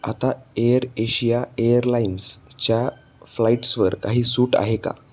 आता AirAsia airlines च्या फ्लाइट्सवर काही सूट आहे का